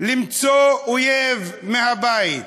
למצוא אויב מבית,